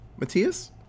Matthias